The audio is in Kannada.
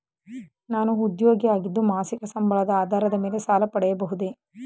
ನಾನು ಉದ್ಯೋಗಿ ಆಗಿದ್ದು ಮಾಸಿಕ ಸಂಬಳದ ಆಧಾರದ ಮೇಲೆ ಸಾಲ ಪಡೆಯಬಹುದೇ?